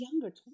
younger